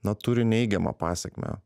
na turi neigiamą pasekmę